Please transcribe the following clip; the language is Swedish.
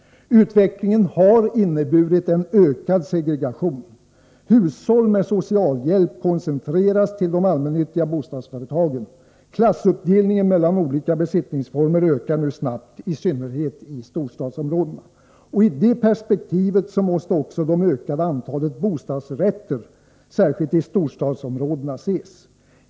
Utvecklingen har inneburit en ökad segregation. Hushåll med socialhjälp koncentreras till de allmännyttiga bostadsföretagen. Klassuppdelningen när det gäller olika besittningsformer ökar nu snabbt, i synnerhet i storstadsområdena. I detta perspektiv måste också det särskilt i storstadsområdena ökade antalet bostadsrätter ses.